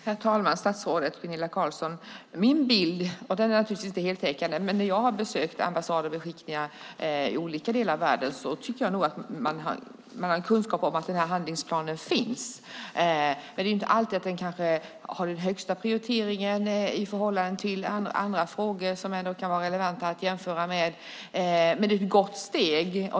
Herr talman och statsrådet Gunilla Carlsson! Min bild är naturligtvis inte heltäckande. När jag har besökt ambassader och beskickningar i olika delar av världen tycker jag att det har framgått att det finns en handlingsplan. Det är inte alltid den har högsta prioritet i förhållande till andra frågor som kan vara relevanta att jämföra med, men den är ett gott steg.